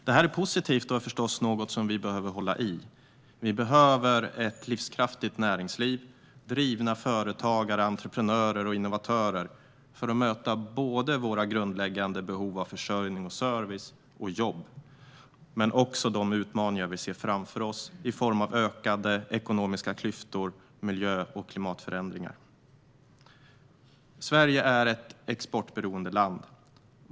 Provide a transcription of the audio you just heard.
Det här är positivt och något som vi behöver hålla i. Sverige behöver ett livskraftigt näringsliv, drivna företagare, entreprenörer och innovatörer för att möta våra behov av grundläggande försörjning, service och jobb samt de utmaningar vi ser framför oss i form av ökade ekonomiska klyftor, miljö och klimatförändringar. Sverige är ett exportberoende land.